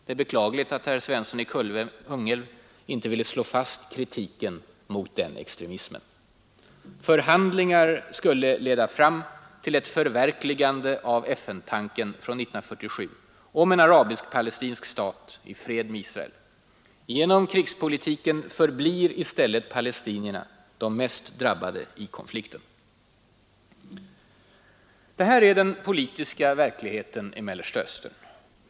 Det är beklagligt att herr Svensson i Kungälv inte ville slå fast kritiken mot den extremismen. Förhandlingar skulle leda fram till ett förverkligande av FN-tanken från 1947 om en arabisk-palestinsk stat i fred med Israel. Genom krigspolitiken förblir i stället palestinierna de mest drabbade i konflikten. Detta är den politiska verkligheten i Mellersta Östern.